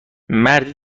مردی